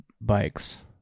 bikes